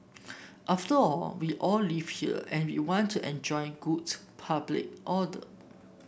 after all we all live here and we want to enjoy goods public order